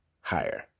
higher